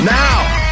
now